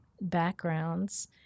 backgrounds